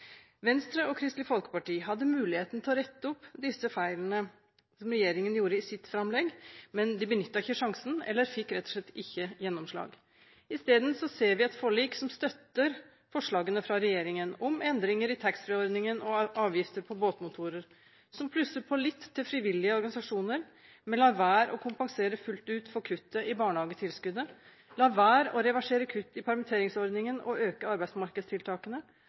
Venstre og Kristelig Folkeparti hadde muligheten til å rette opp disse feilene som regjeringen gjorde i sitt framlegg, men de benyttet ikke sjansen, eller fikk rett og slett ikke gjennomslag. I stedet ser vi et forlik som støtter forslagene fra regjeringen om endringer i taxfree-ordningen og i avgifter på båtmotorer, som plusser på litt til frivillige organisasjoner, men lar være å kompensere fullt ut for kuttet i barnehagetilskuddet, lar være å reversere kutt i permitteringsordningen og øke arbeidsmarkedstiltakene,